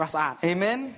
Amen